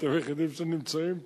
אתם היחידים שנמצאים פה.